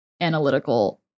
analytical